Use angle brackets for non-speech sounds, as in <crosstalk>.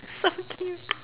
fuck you <noise>